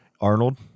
Arnold